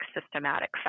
systematic